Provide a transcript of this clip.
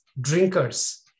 drinkers